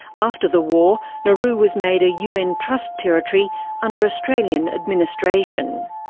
after the war, nauru was made a un trust territory under australian administration.